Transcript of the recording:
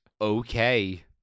okay